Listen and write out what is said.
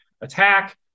attack